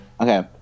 Okay